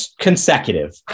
consecutive